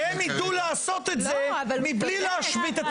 והם יידעו לעשות את זה מבלי להשבית את